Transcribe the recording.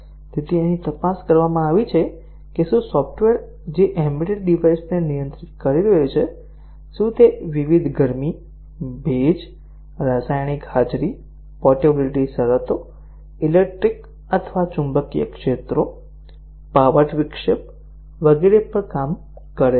અહીં તપાસ કરવામાં આવી છે કે શું સોફ્ટવેર જે એમ્બેડેડ ડિવાઇસને નિયંત્રિત કરી રહ્યું છે શું તે વિવિધ ગરમી ભેજ રાસાયણિક હાજરી પોર્ટેબિલિટી શરતો ઇલેક્ટ્રિક ચુંબકીય ક્ષેત્રો પાવર વિક્ષેપ વગેરે પર કામ કરે છે